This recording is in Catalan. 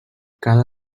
cada